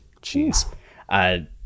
jeez